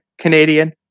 Canadian